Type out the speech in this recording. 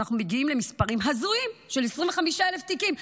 אנחנו מגיעים למספרים הזויים של 25,000 תיקים.